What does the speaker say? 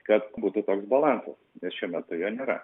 kad būtų toks balansas nes šiuo metu jo nėra